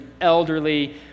elderly